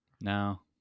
No